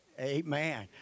Amen